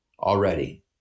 already